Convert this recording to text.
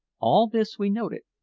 all this we noted,